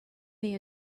they